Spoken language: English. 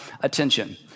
attention